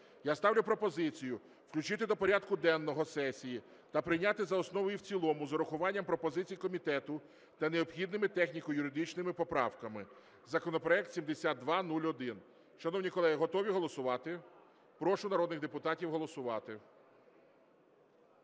Я ставлю пропозицію включити до порядку денного сесії та прийняти за основу і в цілому з урахуванням пропозицій комітету та необхідними техніко-юридичними поправками законопроект 7201. Шановні колеги, готові голосувати? Прошу народних депутатів голосувати.